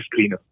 screener